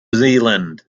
zealand